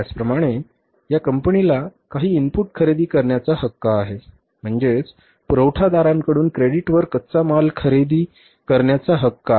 त्याचप्रमाणे या कंपनीला काही इनपुट खरेदी करण्याचा हक्क आहे म्हणजेच पुरवठादारांकडून क्रेडिटवर कच्चा माल खरेदी करण्याचा हक्क आहे